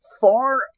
far